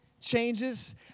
changes